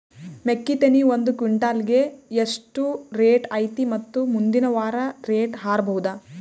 ಮೆಕ್ಕಿ ತೆನಿ ಒಂದು ಕ್ವಿಂಟಾಲ್ ಗೆ ಎಷ್ಟು ರೇಟು ಐತಿ ಮತ್ತು ಮುಂದಿನ ವಾರ ರೇಟ್ ಹಾರಬಹುದ?